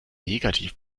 negativ